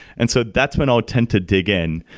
and so that's when i'll tend to dig in.